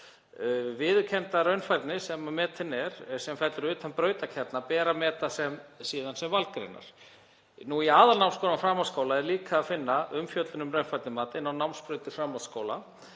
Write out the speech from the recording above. Viðurkennda raunfærni sem metin er sem fellur utan brautarkjarna ber að meta síðan sem valgreinar. Í aðalnámskrá framhaldsskóla er líka að finna umfjöllun um raunfærnimat inn á námsbrautir framhaldsskóla